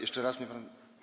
Jeszcze raz mnie pan.